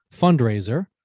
fundraiser